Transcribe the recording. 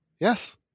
Yes